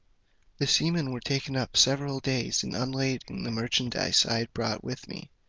the seamen were taken up several days in unlading the merchandize i brought with me,